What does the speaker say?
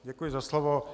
Děkuji za slovo.